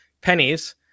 pennies